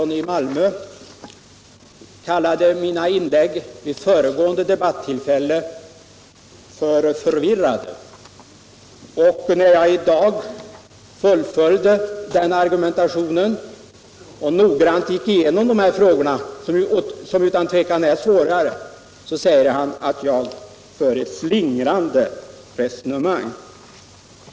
Herr talman! Jag noterade att herr Svensson i Malmö kallade mina inlägg vid föregående debattillfälle förvirrade. När jag i dag fullföljde den argumentationen och noggrant gick igenom dessa frågor, som utan tvivel är svåra, säger han att jag för ett slingrande resonemang.